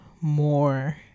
more